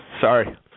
Sorry